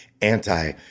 anti